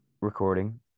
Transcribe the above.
Recording